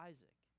Isaac